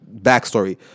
backstory